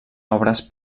obres